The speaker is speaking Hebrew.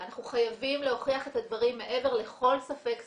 אנחנו חייבים להוכיח את הדברים מעבר לכל ספק סביר.